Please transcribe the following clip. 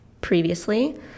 previously